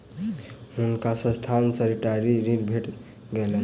हुनका संस्थान सॅ रियायती ऋण भेट गेलैन